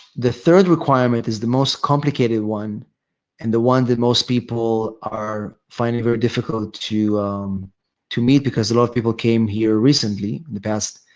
the third requirement is the most complicated one and the one that most people are finding very difficult to meet meet because a lot of people came here recently, in the past